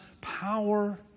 power